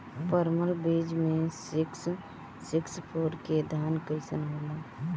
परमल बीज मे सिक्स सिक्स फोर के धान कईसन होला?